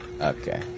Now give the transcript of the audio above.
Okay